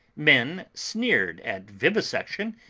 men sneered at vivisection,